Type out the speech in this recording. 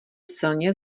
silně